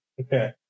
Okay